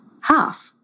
half